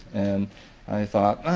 and i thought,